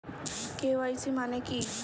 KYC মানে কি?